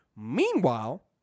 Meanwhile